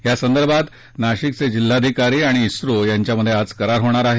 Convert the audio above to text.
यासंदर्भात नाशिकचे जिल्हाधिकारी आणि इस्रो यांच्यात आज करार होणार आहे